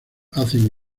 hacen